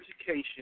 education